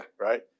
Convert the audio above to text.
Right